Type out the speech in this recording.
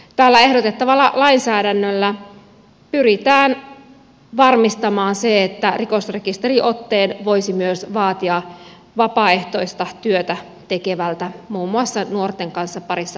tällä ehdotettavalla lainsäädännöllä pyritään varmistamaan se että rikosrekisteriotteen voisi vaatia myös vapaaehtoista työtä tekevältä muun muassa nuorten parissa toimivalta